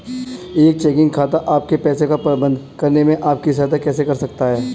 एक चेकिंग खाता आपके पैसे का प्रबंधन करने में आपकी सहायता कैसे कर सकता है?